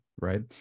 right